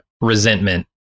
resentment